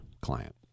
client